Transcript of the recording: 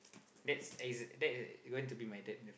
that's is that's going to be my dad